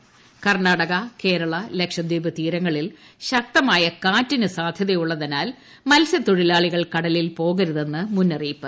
മുന്നറിയിപ്പ് കർണാടക കേരള ലക്ഷദീപ് തീരങ്ങളിൽ ശക്തമായ കാറ്റിന് സാധ്യതയുള്ളതിനാൽ മത്സ്യത്തൊഴിലാളികൾ കടലിൽ പോകരുതെന്ന് മുന്നറിയിപ്പ്